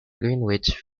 greenwich